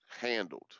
handled